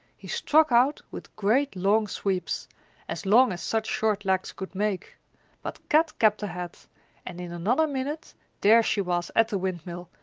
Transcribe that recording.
he struck out with great long sweeps as long as such short legs could make but kat kept ahead and in another minute there she was at the windmill,